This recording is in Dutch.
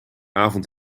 avond